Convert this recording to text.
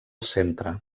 centre